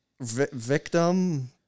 Victim